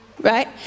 right